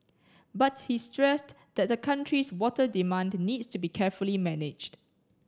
but he stressed that the country's water demand needs to be carefully managed